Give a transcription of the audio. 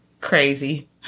crazy